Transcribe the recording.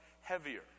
heavier